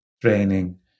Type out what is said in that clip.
training